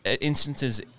Instances